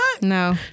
no